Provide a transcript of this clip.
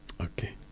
Okay